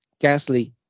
Gasly